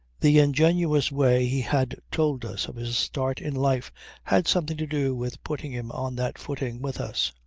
the ingenuous way he had told us of his start in life had something to do with putting him on that footing with us.